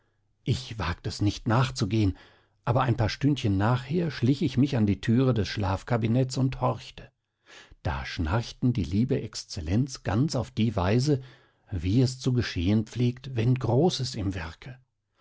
ich wagt es nicht nachzugehen aber ein paar stündchen nachher schlich ich mich an die türe des schlafkabinetts und horchte da schnarchten die liebe exzellenz ganz auf die weise wie es zu geschehen pflegt wenn großes im werke